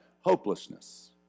Hopelessness